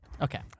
Okay